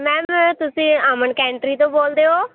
ma'am ਤੁਸੀਂ ਅਮਨ ਕੈਂਟਰੀ ਤੋਂ ਬੋਲਦੇ ਹੋ